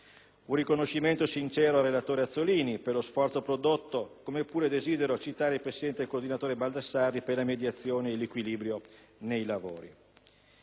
un riconoscimento sincero al relatore Azzollini per lo sforzo prodotto, così come desidero citare il presidente e coordinatore Baldassarri per le mediazioni e l'equilibrio nei lavori.